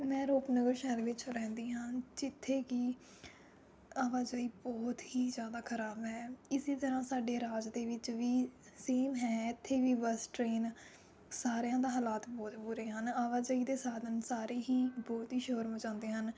ਮੈਂ ਰੂਪਨਗਰ ਸ਼ਹਿਰ ਵਿੱਚ ਰਹਿੰਦੀ ਹਾਂ ਜਿੱਥੇ ਕਿ ਆਵਾਜਾਈ ਬਹੁਤ ਹੀ ਜ਼ਿਆਦਾ ਖਰਾਬ ਹੈ ਇਸ ਤਰ੍ਹਾਂ ਸਾਡੇ ਰਾਜ ਦੇ ਵਿੱਚ ਵੀ ਸੇਮ ਹੈ ਇੱਥੇ ਵੀ ਬਸ ਟਰੇਨ ਸਾਰਿਆਂ ਦੇ ਹਾਲਾਤ ਬਹੁਤ ਬੁਰੇ ਹਨ ਆਵਾਜਾਈ ਦੇ ਸਾਧਨ ਸਾਰੇ ਹੀ ਬਹੁਤ ਹੀ ਸ਼ੋਰ ਮਚਾਉਂਦੇ ਹਨ